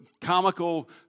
comical